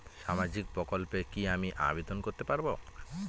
সামাজিক প্রকল্পে কি আমি আবেদন করতে পারবো?